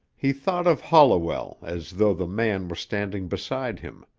he thought of holliwell as though the man were standing beside him.